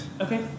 Okay